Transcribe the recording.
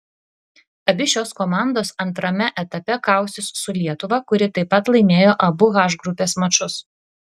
abi šios komandos antrame etape kausis su lietuva kuri taip pat laimėjo abu h grupės mačus